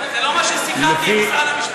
זה לא מה שסיכמתי עם משרד המשפטים.